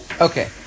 Okay